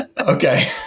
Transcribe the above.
Okay